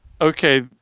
Okay